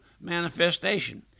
manifestation